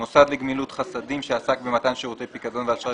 מוסד לגמילות חסדים שעסק במתן שירותי פיקדון ואשראי